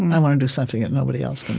i want to do something that nobody else can